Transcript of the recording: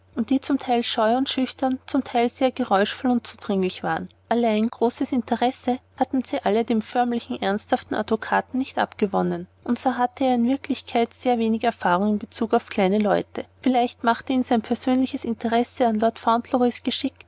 die zum teil scheu und schüchtern zum teil sehr geräuschvoll und zudringlich waren allein großes interesse hatten sie alle dem förmlichen ernsthaften advokaten nicht abgewonnen und so hatte er in wirklichkeit sehr wenig erfahrung in bezug auf kleine leute vielleicht machte ihn sein persönliches interesse an lord fauntleroys geschick